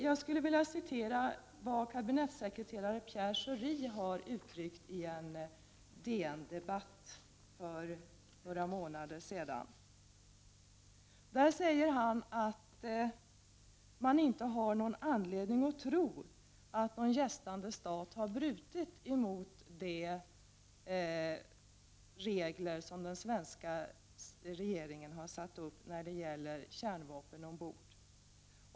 Jag skulle vilja citera vad kabinettssekreterare Pierre Schori har uttryckt i DN-debatt för några månader sedan. Där säger han att man inte har någon anledning att tro att någon gästande stat har brutit emot de regler som den svenska regeringen har satt upp när det gäller kärnvapen ombord.